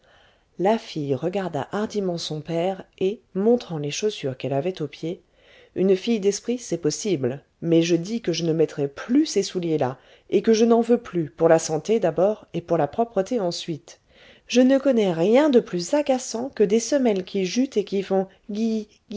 la fille regarda hardiment son père et montrant les chaussures qu'elle avait aux pieds une fille d'esprit c'est possible mais je dis que je ne mettrai plus ces souliers là et que je n'en veux plus pour la santé d'abord et pour la propreté ensuite je ne connais rien de plus agaçant que des semelles qui jutent et qui font